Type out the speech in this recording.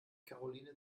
karoline